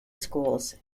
schools